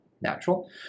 natural